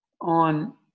on